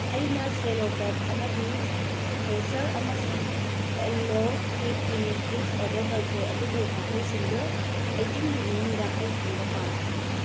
ꯑꯩꯅ ꯁꯦꯂꯣ ꯀꯞ ꯑꯃꯗꯤ ꯁꯣꯁꯔ ꯑꯃꯁꯨꯡ yellow fruit kiwi juice order ꯇꯧꯈ꯭ꯔꯦ ꯑꯗꯨꯕꯨ ꯃꯈꯣꯏꯁꯤꯡꯗꯣ ꯑꯩꯇꯤꯟꯒꯤ ꯃꯅꯨꯡꯗ ꯑꯩ ꯐꯪꯕ ꯄꯥꯝꯃꯤ